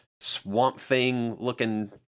swamp-thing-looking